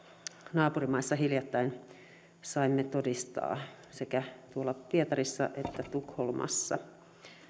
naapurimaissa hiljattain saatiin todistaa sekä tuolla pietarissa että tukholmassa